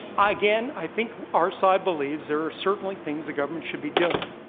again, i think our side believes there are certainly things the government should be doing.